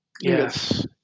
Yes